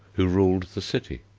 who ruled the city.